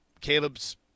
Caleb's